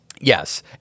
Yes